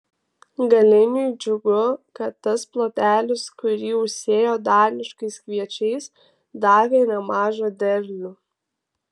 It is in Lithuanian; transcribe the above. galiniui džiugu kad tas plotelis kurį užsėjo daniškais kviečiais davė nemažą derlių